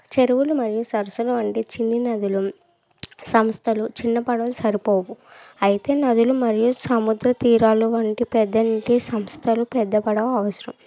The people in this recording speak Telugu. చెరువులు మరియు సరసులు వంటి చిన్ని నదులు సంస్థలు చిన్న పడవలు సరిపోవు అయితే నదులు మరియు సముద్రతీరాలు వంటి పెద్దలకి సంస్థలు పెద్ద పడవ అవసరం